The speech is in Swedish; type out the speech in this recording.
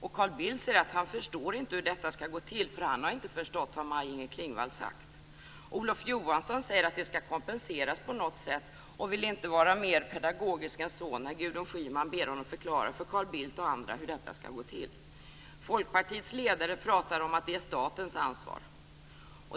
Carl Bildt säger att han inte förstår hur detta skall gå till, för han har inte förstått vad Maj-Inger Klingvall har sagt. Olof Johansson säger att det skall kompenseras på något sätt och vill inte vara mer pedagogisk än så när Gudrun Schyman ber honom förklara för Carl Bildt och andra hur detta skall gå till. Folkpartiets ledare talar om att det är statens ansvar.